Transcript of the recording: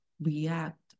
react